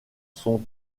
sont